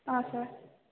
ಹಾಂ ಸರ್